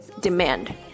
Demand